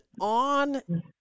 on